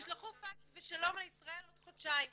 תשלחו פקס ושלום על ישראל עוד חודשיים.